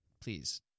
please